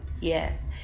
yes